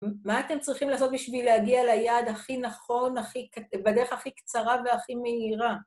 מה אתם צריכים לעשות בשביל להגיע ליעד הכי נכון, בדרך הכי קצרה והכי מהירה?